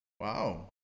Wow